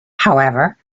however